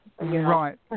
Right